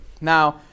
now